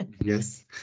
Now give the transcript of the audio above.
Yes